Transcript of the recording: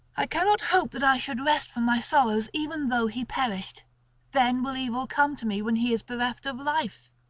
i cannot hope that i should rest from my sorrows even though he perished then will evil come to me when he is bereft of life.